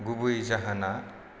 गुबै जाहोना